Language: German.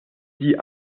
die